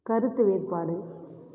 கருத்து வேறுபாடு